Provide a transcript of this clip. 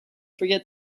forget